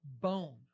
bone